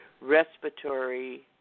respiratory